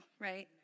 right